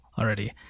already